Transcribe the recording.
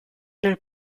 nel